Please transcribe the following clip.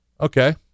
Okay